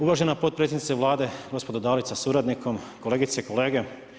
Uvažena potpredsjednice Vlade gospođo Dalić sa suradnikom, kolegice i kolege.